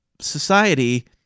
society